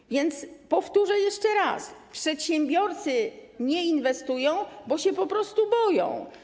Tak więc powtórzę jeszcze raz: przedsiębiorcy nie inwestują, bo się po prostu boją.